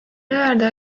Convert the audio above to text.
öelda